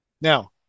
Now